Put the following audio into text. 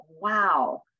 wow